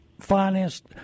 financed